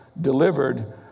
delivered